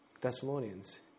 Thessalonians